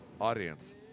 audience